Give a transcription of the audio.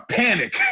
panic